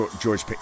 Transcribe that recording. George